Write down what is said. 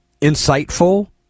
insightful